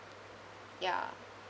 ya